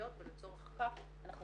אכיפה מינהלית